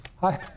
Hi